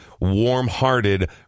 warm-hearted